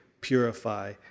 purify